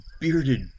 bearded